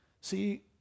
See